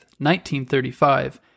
1935